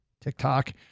TikTok